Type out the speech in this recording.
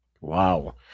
wow